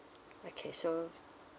okay so